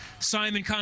Simon